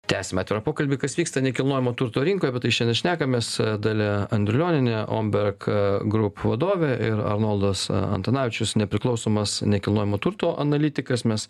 tęsiam atvirą pokalbį kas vyksta nekilnojamo turto rinkoj apie tai šiandien šnekamės dalia andrulionienė omberg group vadovė ir arnoldas antanavičius nepriklausomas nekilnojamo turto analitikas mes